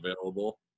available